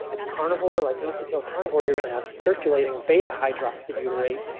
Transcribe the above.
ah carnivore, like nose to tail carnivore you're going to have circulating beta hydroxy butyrate.